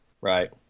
Right